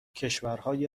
کشورهای